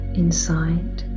inside